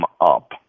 up